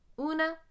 Una